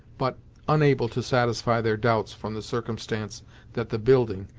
but unable to satisfy their doubts from the circumstance that the building,